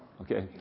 Okay